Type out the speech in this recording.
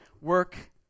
work